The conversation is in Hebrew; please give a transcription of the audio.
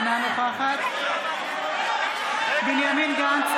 אינה נוכחת בנימין גנץ,